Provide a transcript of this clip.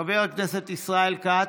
חבר הכנסת ישראל כץ,